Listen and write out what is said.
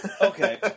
Okay